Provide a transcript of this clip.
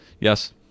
Yes